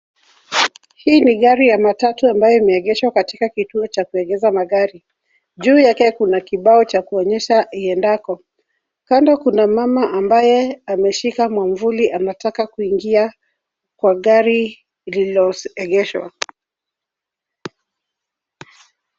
Hii ni gari ya matatu ambayo imeegeshwa katika kituo cha kuegesha magari. Juu yake kuna kibao cha kuonyesha iendako. Kando kuna mama ambaye ameshika mwavuli anataka kuingia kwa gari lililoegeshwa.